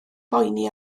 boeni